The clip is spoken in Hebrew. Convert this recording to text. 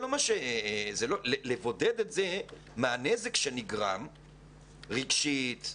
לבודד את זה מהנזק שנגרם רגשית,